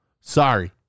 sorry